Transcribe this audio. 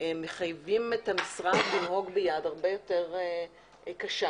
מחייבים את המשרד לנהוג ביד הרבה יותר קשה.